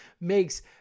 makes